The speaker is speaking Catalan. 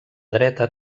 dreta